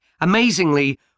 Amazingly